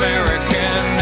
American